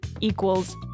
equals